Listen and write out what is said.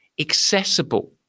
accessible